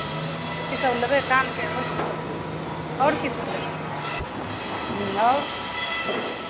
कीसब लेबै कानके आओर कीसभ आओर कीसभ लेबै ह्म्म आओर